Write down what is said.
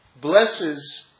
blesses